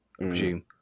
presume